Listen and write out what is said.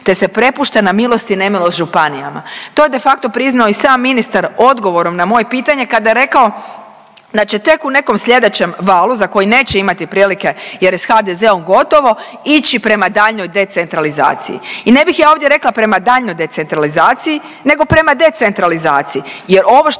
te se prepušta na milost i nemilost županijama. To je de facto priznao i sam ministar odgovorom na moje pitanje kada je rekao da će tek u nekom sljedećem valu, za koji neće imati prilike jer je s HDZ-om gotovo, ići prema daljnjoj decentralizaciji. I ne bih ja ovdje rekla prema daljnjoj decentralizaciji, nego prema decentralizaciji jer ovo što